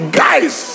guys